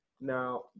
now